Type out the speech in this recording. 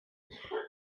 det